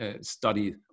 study